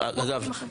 אגב,